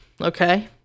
Okay